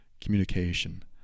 communication